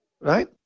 Right